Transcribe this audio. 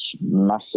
massive